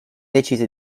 decise